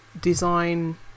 design